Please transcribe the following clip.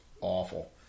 awful